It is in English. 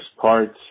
parts